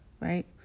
Right